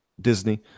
Disney